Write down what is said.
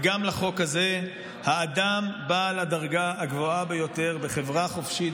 וגם לחוק הזה: האדם בעל הדרגה הגבוהה ביותר בחברה חופשית,